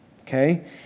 Okay